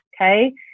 Okay